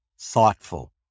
thoughtful